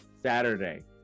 Saturday